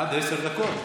עד עשר דקות.